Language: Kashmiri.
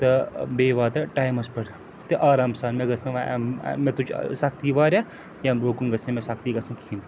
تہٕ بیٚیہِ واتہٕ ٹایمَس پٮ۪ٹھ تہِ آرام سان مےٚ گٔژھ نہٕ وۄنۍ مےٚ تُج سختی واریاہ ییٚمہِ برٛونٛہہ کُن گٔژھ نہٕ مےٚ سَختی گژھَن کِہیٖنۍ